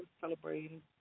celebrating